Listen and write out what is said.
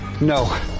No